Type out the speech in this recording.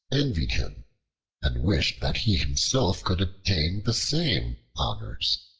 envied him and wished that he himself could obtain the same honors.